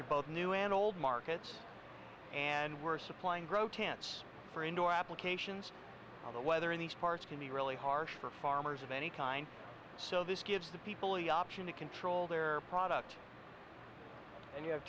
of both new and old markets and we're supplying grow tense for indoor applications on the weather in these parts can be really harsh for farmers of any kind so this gives the people you option to control their product and you have